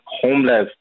homeless